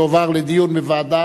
יועבר לדיון בוועדת